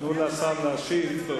תנו לשר להשיב.